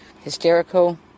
hysterical